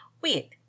wait